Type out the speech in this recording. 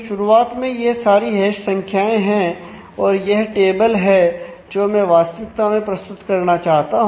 शुरुआत में यह सारी हैश संख्याएं हैं और यह टेबल है जो मैं वास्तविकता में प्रस्तुत करना चाहता हूं